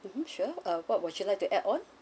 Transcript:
mmhmm sure uh what would you like to add on